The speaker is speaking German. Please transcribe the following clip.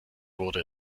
wurde